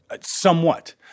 somewhat